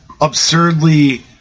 absurdly